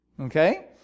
okay